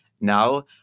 Now